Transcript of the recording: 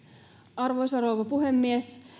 arvoisa rouva puhemies